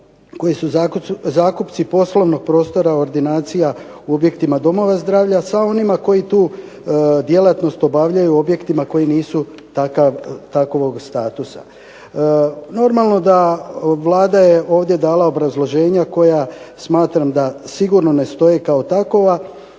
koji su zakupci poslovnih prostora ordinacija u objektima domova zdravlja sa onima koji tu djelatnost obavljaju u objektima koje nisu takovog statusa. Normalno da je Vlada dala ovdje obrazloženje koje smatram da sigurno ne stoji kao takova,